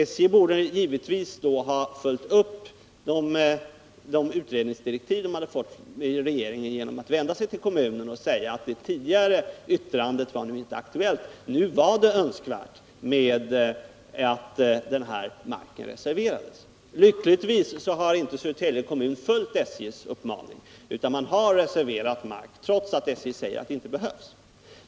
SJ borde givetvis ha följt upp de utredningsdirektiv som SJ fått av regeringen genom att vända sig till kommunen och säga att det tidigare yttrandet inte var aktuellt nu, utan att det var önskvärt att mark reserverades. Lyckligtvis har inte Södertälje kommun följt SJ:s uppmaning utan reserverat mark, trots att SJ säger att det inte behövs.